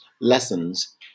lessons